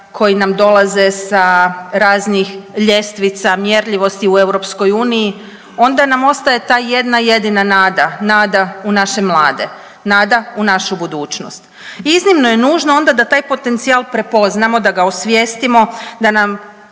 koji nam dolaze sa raznih ljestvica mjerljivosti u EU onda nam ostaje ta jedna jedina nada, nada u naše mlade, nada u našu budućnost. Iznimno je nužno onda da taj potencijal prepoznamo, da ga osvijestimo, da nam